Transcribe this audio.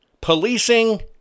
policing